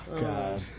God